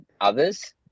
others